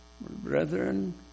Brethren